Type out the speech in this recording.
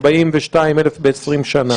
42,000 ב-20 שנה.